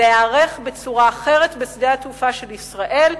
להיערך בצורה אחרת בשדה התעופה של ישראל,